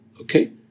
okay